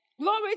Glory